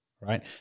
right